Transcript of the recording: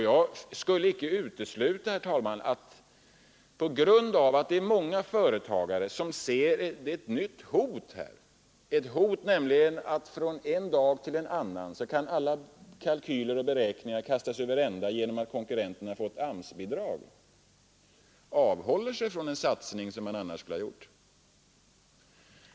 Jag skulle icke vilja utesluta, herr talman, att på grund därav många företagare ser ett nytt hot här, nämligen hotet att från en dag till en annan alla deras kalkyler och beräkningar kan kastas över ända genom att konkurrenterna fått AMS-bidrag och att de därför avhåller sig från en satsning som de annars skulle ha gjort.